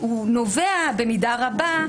הוא נובע במידה רבה,